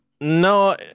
No